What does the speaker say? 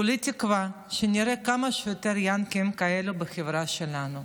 כולי תקווה שנראה כמה שיותר יענקים כאלה בחברה שלנו.